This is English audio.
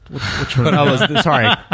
sorry